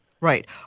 Right